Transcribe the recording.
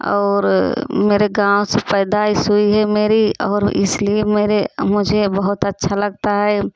और मेरे गाँव से पैदाइश हुई है मेरी और इसलिए मेरे मुझे बहुत अच्छा लगता है